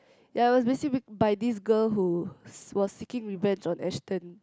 ya it was basically by this girl who was seeking revenge on Ashton